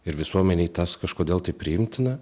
ir visuomenėj tas kažkodėl taip priimtina